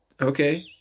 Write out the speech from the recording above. Okay